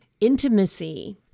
Intimacy